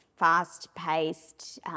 fast-paced